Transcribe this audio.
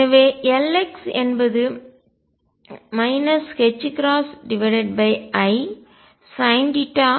எனவே Lx என்பது isinθ∂θcotθcosϕ∂ϕ சமம்